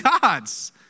gods